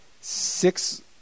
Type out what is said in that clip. six